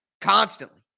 Constantly